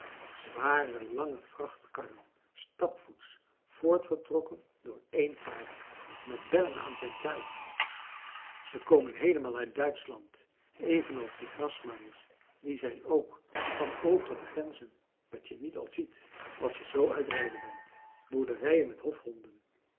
zware lange vrachtkarren stapvoets voortgetrokken door één paard met bellen aan zijn tuig ze komen heelemaal uit duitschland evenals die grasmaaiers die zijn ook van ver de grenzen wat je niet al ziet als je zoo uit rijden bent boerderijen met hofhonden